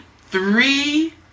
three